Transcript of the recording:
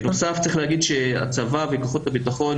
בנוסף, צריך להגיד שהצבא וכוחות הבטחון,